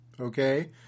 Okay